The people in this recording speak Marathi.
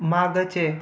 मागचे